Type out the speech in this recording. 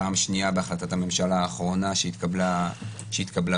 פעם שנייה בהחלטת הממשלה האחרונה שהתקבלה באוגוסט.